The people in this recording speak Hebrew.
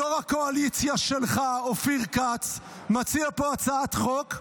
יו"ר הקואליציה שלך אופיר כץ מציע פה הצעת חוק,